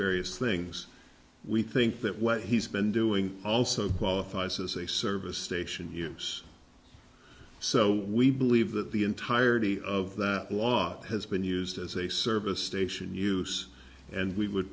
various things we think that what he's been doing also qualifies as a service station hears so we believe that the entirety of that law has been used as a service station use and we would